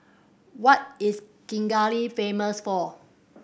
what is Kigali famous for